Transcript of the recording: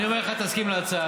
אני אומר לך, תסכים להצעה.